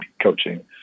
coaching